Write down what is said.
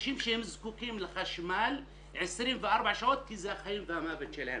לאנשים שזקוקים לחשמל 24 שעות כי זה החיים והמוות שלהם.